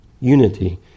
unity